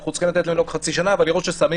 צריכים לתת להם לנהוג חצי שנה אבל לראות ששמים